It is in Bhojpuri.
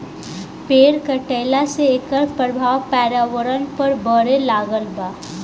पेड़ कटईला से एकर प्रभाव पर्यावरण पर पड़े लागल बा